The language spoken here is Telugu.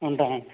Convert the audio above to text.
ఉంటానండి